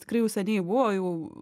tikrai jau seniai buvo jau